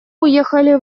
уехали